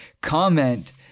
Comment